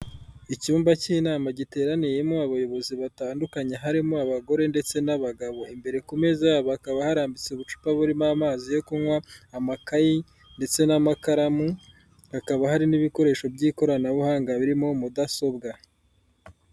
Icyumba k'inama giteraniyemo abayobozi batandukanye harimo abagore ndetse n'abagabo, imbere ku meza yabo hakaba harambitse ubucupa burimo amazi yo kunywa, amakayi ndetse n'amakaramu, hakaba hari n'ibikoresho by'ikoranabuhanga birimo mudasobwa.